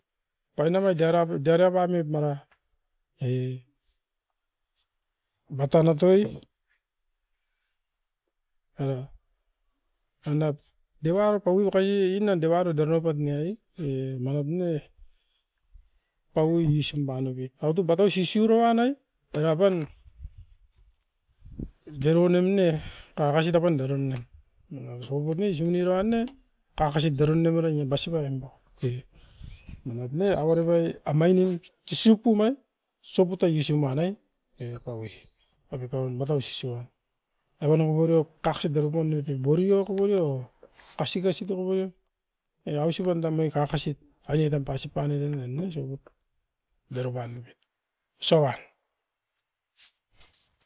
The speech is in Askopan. Omainim tan sisiupum spout tana toan sisiuan tan ai. Omain kakasin dero nuapat era soput.